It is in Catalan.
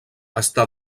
està